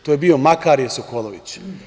To je bio Makarije Sokolović.